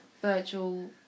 Virtual